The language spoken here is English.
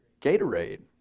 Gatorade